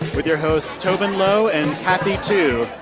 with your hosts tobin low and kathy tu